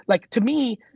like to me,